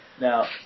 Now